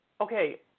Okay